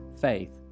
Faith